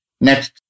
Next